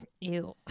Ew